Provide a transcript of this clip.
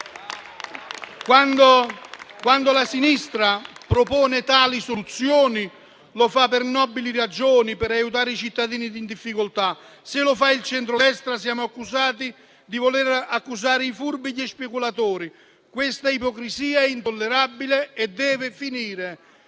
quando la sinistra propone tali soluzioni, lo fa per nobili ragioni, per aiutare i cittadini in difficoltà. Se lo fa il centrodestra, siamo accusati di voler aiutare i furbi e gli speculatori. Questa ipocrisia è intollerabile e deve finire.